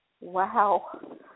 wow